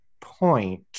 point